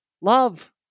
love